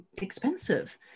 expensive